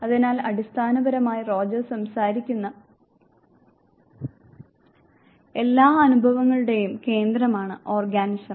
അതിനാൽ അടിസ്ഥാനപരമായി റോജർസ് സംസാരിക്കുന്ന എല്ലാ അനുഭവങ്ങളുടെയും കേന്ദ്രമാണ് ഓർഗാനിസം